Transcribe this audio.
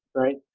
right?